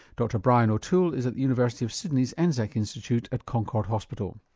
dr brian o'toole is at the university of sydney's anzac institute at concord hospital.